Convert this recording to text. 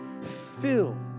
fill